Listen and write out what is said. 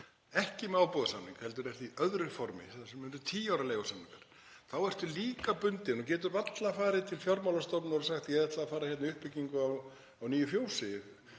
ekki með ábúðarsamning heldur ert í öðru formi þar sem er tíu ára leigusamningur, þá ertu líka bundinn og getur varla farið til fjármálastofnunar og sagt: Ég ætla að fara í uppbyggingu á nýju fjósi